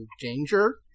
danger